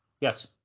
Yes